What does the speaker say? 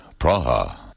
Praha